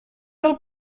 del